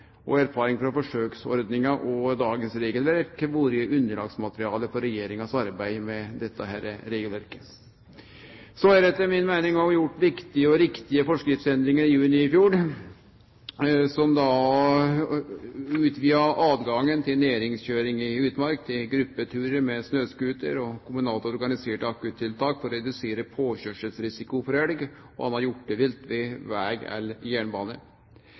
og erfaring frå forsøksordninga og dagens regelverk vore underlagsmateriale for regjeringas arbeid med dette regelverket. Det blei etter mi meining gjort viktige og riktige forskriftsendringar i juni i fjor, som utvida tilgang til næringskjøring i utmark, til gruppeturar med snøscooter og kommunalt organiserte akuttiltak for å redusere påkjørselsrisiko for elg og anna hjortevilt ved veg eller jernbane.